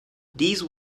these